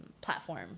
platform